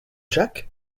jack